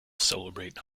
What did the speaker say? celebrate